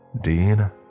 Dean